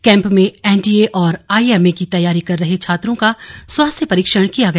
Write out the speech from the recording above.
camp में NDA और IMA की तैयारी कर रहे छात्रों का स्वास्थ्य परिक्षण किया गया